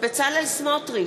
בצלאל סמוטריץ,